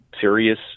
serious